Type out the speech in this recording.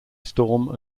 storm